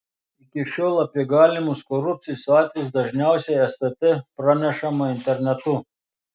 iki šiol apie galimus korupcijos atvejus dažniausiai stt pranešama internetu